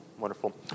Wonderful